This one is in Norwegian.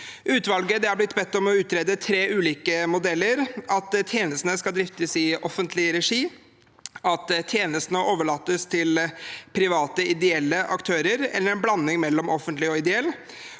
Utvalget er blitt bedt om å utrede tre ulike modeller: at tjenestene skal driftes i offentlig regi, at tjenestene overlates til private, ideelle aktører eller en blanding mellom offentlig og ideell,